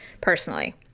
personally